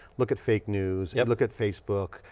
look at fake news, yeah look at facebook,